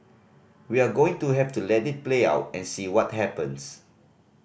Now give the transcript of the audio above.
we're going to have to let it play out and see what happens